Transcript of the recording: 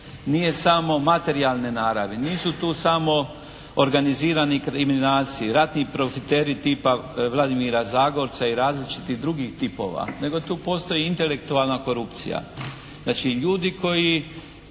nije samo materijalne naravi, nisu tu samo organizirani kriminalci, ratni profiteri tipa Vladimira Zagorca i različitih drugih tipova, nego tu postoji intelektualna korupcija. Znači ljudi koji